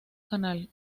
canal